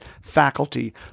faculty